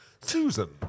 Susan